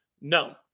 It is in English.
no